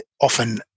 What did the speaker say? often